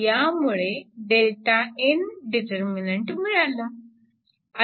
यामुळे Δ n determinant मिळाला